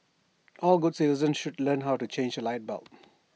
all good citizens should learn how to change A light bulb